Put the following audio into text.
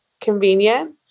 convenient